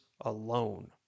alone